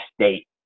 state